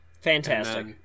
Fantastic